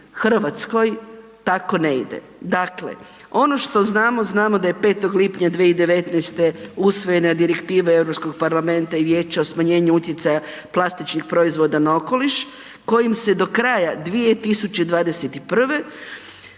Hrvatskoj tako ne ide. Dakle, ono što znamo, znamo daje 5. lipnja 2019. usvojena Direktiva Europskog parlamenta i vijeća o smanjenju utjecaja plastičnih proizvoda na okoliš, kojim se do kraja 2021.